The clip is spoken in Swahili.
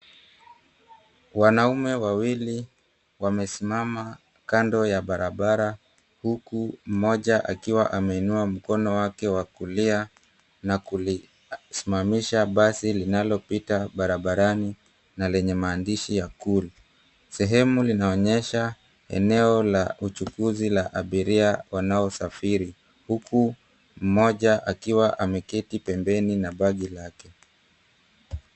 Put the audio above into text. Wanaume wawili wamesimama kando ya barabara huku mmoja akiwa ameunua mkono wake wa kulia na kulisimamisha basi linalopita barabarani na lenye mahandishi ya Cool. Sehemu inaonyesha eneo la uchukuzi la abiria wanaosafiri huku mmoja akiwa ameketi pembeni na bagi lake.